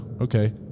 okay